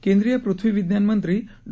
केंद्रीय पृथ्वी विज्ञान मंत्री डॉ